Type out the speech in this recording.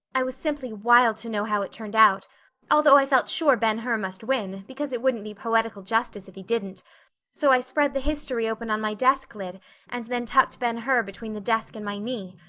i was simply wild to know how it turned out although i felt sure ben hur must win, because it wouldn't be poetical justice if he didn't so i spread the history open on my desk lid and then tucked ben hur between the desk and my knee.